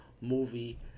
movie